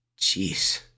Jeez